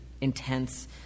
intense